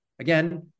again